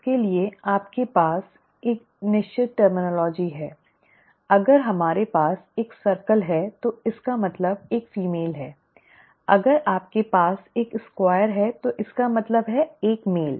उसके लिए आपके पास एक निश्चित शब्दावली है अगर हमारे पास एक चक्र है तो इसका मतलब एक महिला है अगर आपके पास एक स्क्वायर है तो इसका मतलब है एक पुरुष